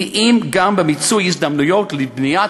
כי אם גם במיצוי הזדמנויות לבנייה